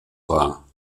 war